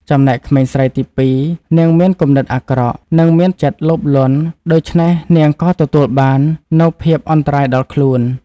ចំំណែកក្មេងស្រីទីពីរ នាងមានគំនិតអាក្រក់ និងមិនមានចិត្តលោភលន់ដូច្នេះនាងក៏ទទួលបាននូវភាពអន្តរាយដល់ខ្លួន។